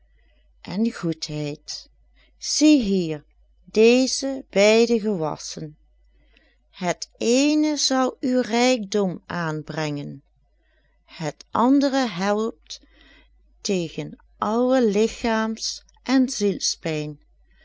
en goedheid zie hier deze beide gewassen het eene zal u rijkdom aanbrengen het andere helpt tegen alle ligchaams en zielspijn